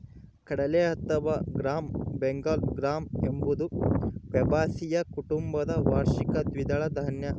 ಕಡಲೆ ಅಥವಾ gram Bengal gram ಎಂಬುದು ಫ್ಯಾಬಾಸಿಯ ಕುಟುಂಬದ ವಾರ್ಷಿಕ ದ್ವಿದಳ ಧಾನ್ಯ